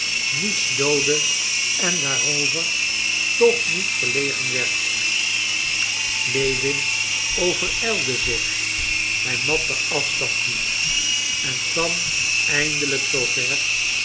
niets doodde en daarover toch niet verlegen werd lewin overijlde zich hij mat den afstand niet en kwam eindelijk zoo